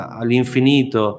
all'infinito